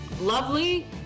lovely